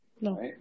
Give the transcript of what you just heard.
no